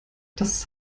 das